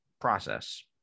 process